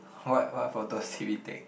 what what photos did we take